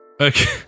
Okay